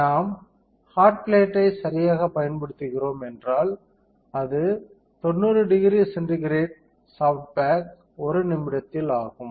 நாம் ஹாட் பிளேட்டை சரியாக பயன்படுத்துகிறோம் என்றால் அடுத்த 900 சி சாஃப்ட் பேக் 1 நிமிடத்தில் ஆகும்